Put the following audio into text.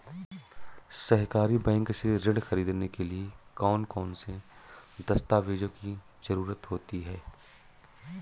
सहकारी बैंक से ऋण ख़रीदने के लिए कौन कौन से दस्तावेजों की ज़रुरत होती है?